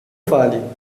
fale